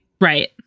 Right